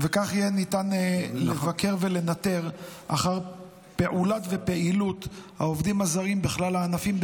כך יהיה ניתן לבקר ולנטר את פעילות העובדים הזרים בכל הענפים,